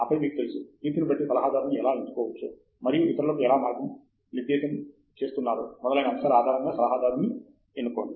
ఆపై మీకు తెలుసు కీర్తిని బట్టి సలహాదారుడుని ఎలా ఎంచుకోవచ్చో మరియు ఇతరులకు ఎలా మార్గనిర్దేశము చేస్తున్నారో మొదలైన అంశాల ఆధారముగా సలహాదారుని ఎన్నుకోండి